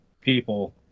people